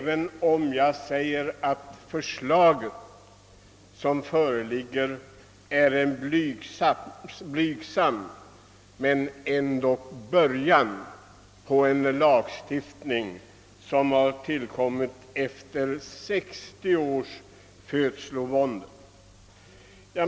Det föreliggande förslaget innebär en början, om än en blygsam sådan, på den lagstiftning på området som tillkommer efter 60 års födslovåndor.